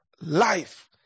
Life